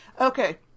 Okay